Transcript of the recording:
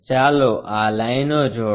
ચાલો આ લાઇનો જોડો